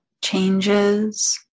changes